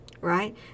Right